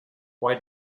why